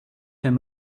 him